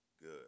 good